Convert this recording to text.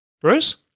Bruce